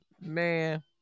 man